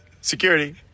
security